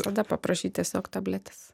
tada paprašyt tiesiog tabletės